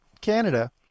Canada